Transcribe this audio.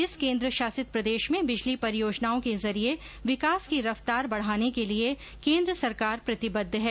इस केन्द्र शासित प्रदेश में बिजली परियोजनाओं के जरिए विकास की रफ्तार बढ़ाने के लिए केन्द्र सरकार प्रतिबद्ध है